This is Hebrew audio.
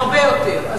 הרבה יותר.